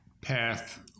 path